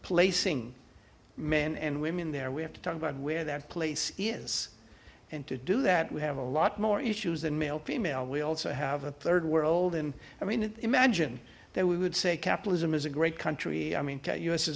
placing men and women there we have to talk about where that place is and to do that we have a lot more issues than male female we also have a third world and i mean imagine that we would say capitalism is a great country i mean us is